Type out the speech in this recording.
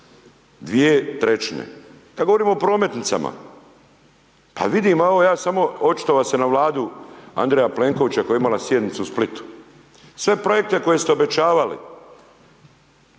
dvije trećine. Kad govorimo o prometnicama pa vidim evo ja samo očitovao se na Vladu Andreja Plenkovića koja je imala sjednicu u Splitu, sve projekte koje ste obećavali,